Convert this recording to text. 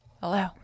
Hello